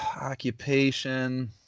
occupation